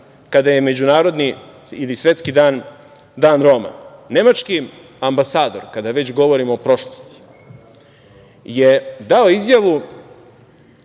kada je međunarodni ili Svetski dan Roma. Nemački ambasador, kada već govorimo o prošlosti, dao je izjavu